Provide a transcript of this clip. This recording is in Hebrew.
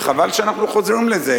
וחבל שאנחנו חוזרים לזה.